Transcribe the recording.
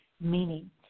meaning